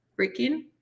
freaking